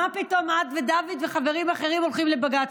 מה פתאום את ודוד וחברים אחרים הולכים לבג"ץ?